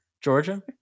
Georgia